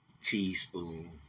Teaspoon